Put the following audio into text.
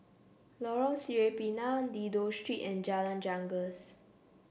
Lorong Sireh Pinang Dido Street and Jalan Janggus